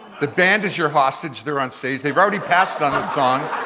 the band is your hostage. they're on stage, they've already passed on the song.